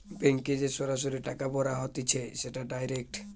ব্যাংকে যে সরাসরি টাকা ভরা হতিছে সেটা ডাইরেক্ট